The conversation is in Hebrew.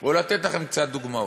או לתת לכם קצת דוגמאות.